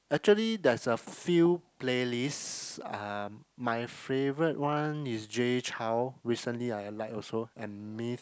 actually there's a few playlists um my favorite one is Jay-Chou recently I like also and Myth